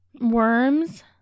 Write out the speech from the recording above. Worms